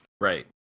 Right